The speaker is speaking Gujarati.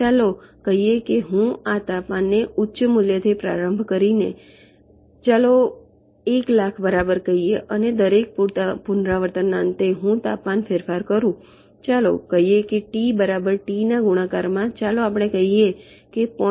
ચાલો આપણે કહી શકીએ કે હું આ તાપમાનને ઉચ્ચ મૂલ્યથી પ્રારંભ કરીને ચાલો 100000 બરાબર કહીએ અને દરેક પુનરાવર્તનના અંતે હું તાપમાનમાં ફેરફાર કરું ચાલો આપણે કહીએ ટી બરાબર ટી ગુણાકારમાં ચાલો આપણે કહીએ કે 0